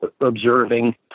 observing